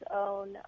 own